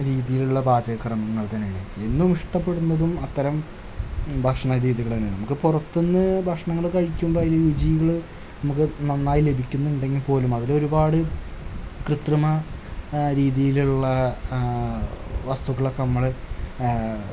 രീതിയിലുള്ള പാചകക്രമങ്ങള് തന്നെയാണ് എന്നും ഇഷ്ടപ്പെടുന്നതും അത്തരം ഭക്ഷ്ണ രീതികൾ തന്നെയാണ് നമുക്ക് പുറത്തു നിന്നു ഭക്ഷണങ്ങൾ കഴിക്കുമ്പം അതിനു രുചികൾ നമുക്ക് നന്നായി ലഭിക്കുന്നുണ്ടെങ്കില് പോലും അതിലൊരുപാട് കൃത്രിമ രീതിയിലുള്ള വസ്തുക്കളൊക്കെ നമ്മൾ